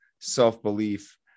self-belief